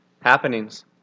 happenings